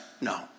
No